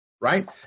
right